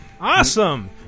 Awesome